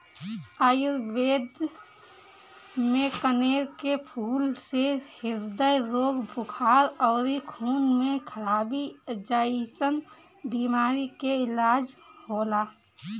आयुर्वेद में कनेर के फूल से ह्रदय रोग, बुखार अउरी खून में खराबी जइसन बीमारी के इलाज होला